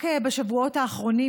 רק בשבועות האחרונים,